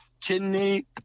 kidney